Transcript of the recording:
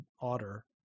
otter